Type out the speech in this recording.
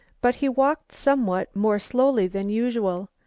but he walked somewhat more slowly than usual,